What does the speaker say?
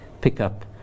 pickup